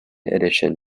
edition